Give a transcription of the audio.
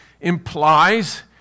implies